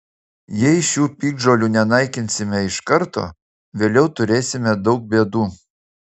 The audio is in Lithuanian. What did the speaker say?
jei šių piktžolių nenaikinsime iš karto vėliau turėsime daug bėdų